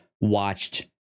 watched